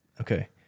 Okay